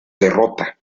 derrota